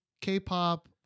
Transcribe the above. K-pop